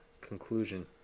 conclusion